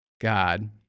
God